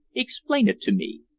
explain it to me.